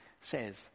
says